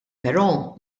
però